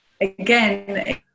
again